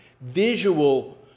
visual